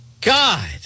God